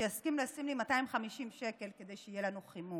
שיסכים לשים לי 250 שקל כדי שיהיה לנו חימום",